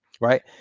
right